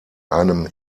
einem